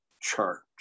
church